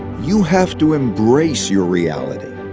you have to embrace your reality.